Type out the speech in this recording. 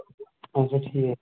اَچھا ٹھیٖک